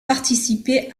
participé